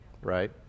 Right